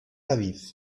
aviv